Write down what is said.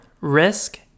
risk